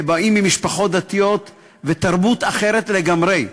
באים ממשפחות דתיות ותרבות אחרת לגמרי,